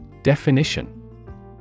Definition